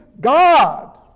god